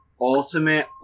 Ultimate